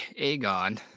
Aegon